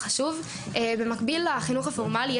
במקביל לחינוך הפורמלי,